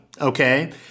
okay